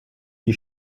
die